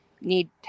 need